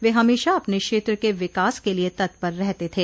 वे हमेशा अपने क्षेत्र के विकास के लिये तत्पर रहते थे